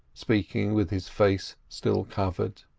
speaking with his face still covered.